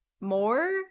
more